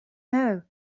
know